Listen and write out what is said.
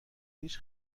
هیچ